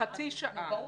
חצי שעה.